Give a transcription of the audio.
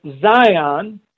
Zion